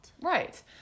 Right